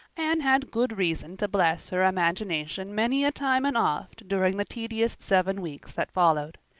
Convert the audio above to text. anne had good reason to bless her imagination many a time and oft during the tedious seven weeks that followed.